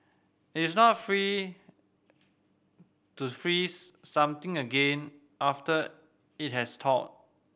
it is not free to freeze something again after it has thawed